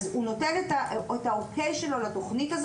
הוא נותן את האישור שלו לתכנית,